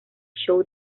show